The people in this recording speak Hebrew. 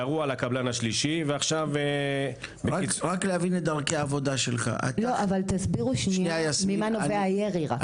ירו על הקבלן השלישי --- תסבירו בבקשה ממה נובע הירי?